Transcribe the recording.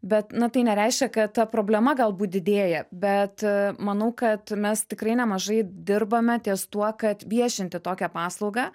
bet na tai nereiškia kad ta problema galbūt didėja bet a manau kad mes tikrai nemažai dirbame ties tuo kad viešinti tokią paslaugą